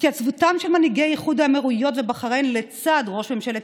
התייצבותם של מנהיגי איחוד האמירויות ובחריין לצד ראש ממשלת